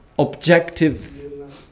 Objective